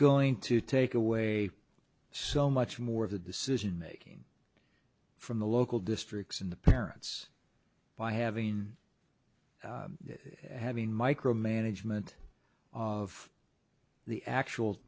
going to take away so much more of the decision making from the local districts in the parents by having having micromanagement of the actual